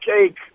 cake